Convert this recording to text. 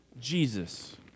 Jesus